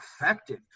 effective